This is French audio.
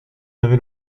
avait